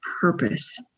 purpose